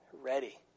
Ready